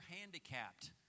handicapped